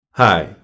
Hi